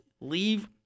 leave